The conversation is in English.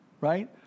right